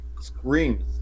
screams